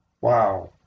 Wow